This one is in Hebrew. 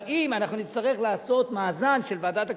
אבל אם אנחנו נצטרך לעשות מאזן של ועדת הכספים,